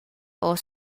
ora